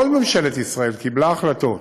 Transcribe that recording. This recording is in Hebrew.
כל ממשלת ישראל קיבלה החלטות,